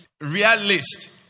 realist